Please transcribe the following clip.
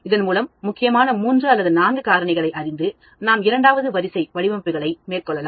இதன்மூலம் முக்கியமான மூன்று அல்லது நான்கு காரணிகளை அறிந்து நாம் இரண்டாவது வரிசை வடிவமைப்புகளை மேற்கொள்ளலாம்